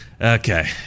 Okay